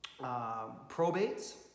Probates